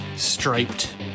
striped